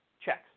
checks